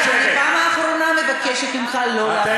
אני פעם אחרונה מבקשת ממך לא להפריע.